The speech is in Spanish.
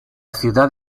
ciudad